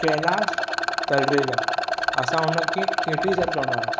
कैलाश तलरेजा असां हुनखे KT sir चवंदा हुआसीं